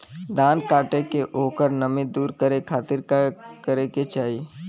धान कांटेके ओकर नमी दूर करे खाती का करे के चाही?